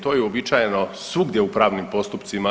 To je uobičajeno svugdje u pravnim postupcima.